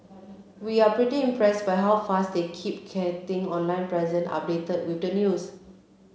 we're pretty impressed by how fast they're keeping their online presence updated with the news